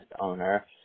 owner